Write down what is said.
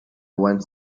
went